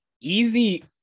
Easy